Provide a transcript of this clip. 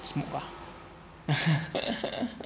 什么 ah